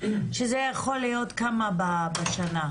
שזה יכול להיות כמה בשנה?